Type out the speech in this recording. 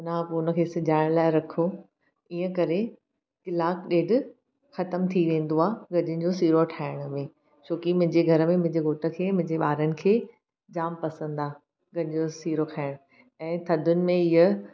हुन खां पोइ हुनखे सिजाइण लाइ रखो इअं करे कलाकु ॾेढु ख़तमु थी वेंदो आहे गजरुनि जो सीरो ठाहिण में छोकी मुंहिंजे घर में मुंहिंजे घोट खे मुंहिंजे ॿारनि खे जाम पसंदि आहे गजर जो सीरो खाइण ऐं थधिनि में इअं